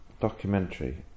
documentary